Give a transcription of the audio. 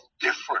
different